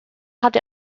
hat